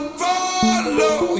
follow